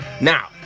Now